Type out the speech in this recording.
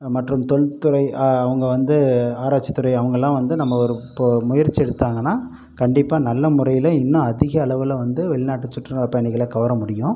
மற்றும் தொல்துறை அவங்க வந்து ஆராய்ச்சித்துறை அவங்களாம் வந்து நம்ம ஒரு இப்போது முயற்சி எடுத்தாங்கன்னா கண்டிப்பாக நல்ல முறையில் இன்னும் அதிக அளவில் வந்து வெளிநாட்டு சுற்றுலா பயணிகளை கவர முடியும்